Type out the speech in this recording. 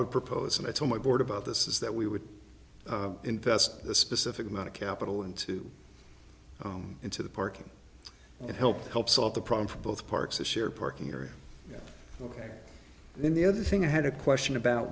would propose and i tell my board about this is that we would invest this specific amount of capital into into the parking and help to help solve the problem for both parks that share parking area ok then the other thing i had a question about